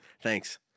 Thanks